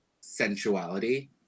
sensuality